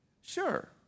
Sure